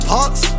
Parks